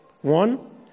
one